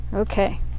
Okay